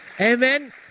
Amen